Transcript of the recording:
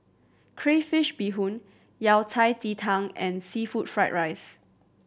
crayfish beehoon Yao Cai ji tang and seafood fried rice